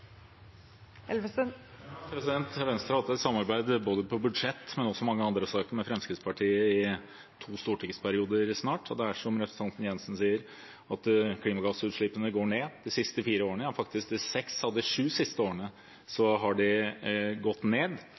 Venstre har hatt et samarbeid med Fremskrittspartiet både om budsjett og også om mange andre saker i snart to stortingsperioder. Det er slik, som representanten Jensen sier, at klimagassutslippene har gått ned de siste fire årene. Ja, faktisk har de gått ned i seks av de siste sju årene. Det er på borgerlig side vi har